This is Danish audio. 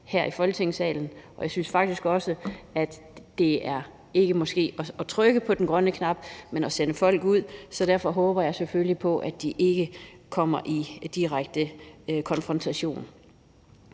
her i Folketingssalen, og jeg synes måske faktisk også, at det ikke er at trykke på den grønne knap, men at sende folk ud, så derfor håber jeg selvfølgelig på, at de ikke kommer i direkte konfrontation.